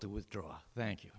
to withdraw thank you